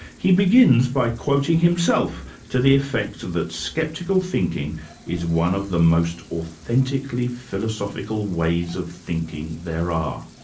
he begins by quoting himself to the effect that sceptical thinking is one of the most authentically philosophical ways of thinking there are.